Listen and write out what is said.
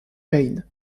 pain